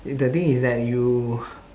if the thing is that you